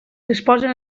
disposen